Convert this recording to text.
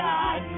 God